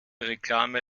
reklame